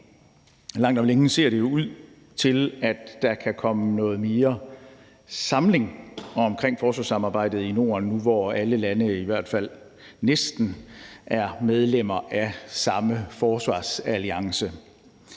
Langt om længe ser det jo ud til, at der kan komme noget mere samling omkring forsvarssamarbejdet i Norden nu, hvor alle lande, i hvert fald næsten, er medlemmer af samme forsvarsalliance.